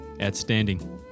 Outstanding